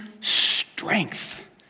strength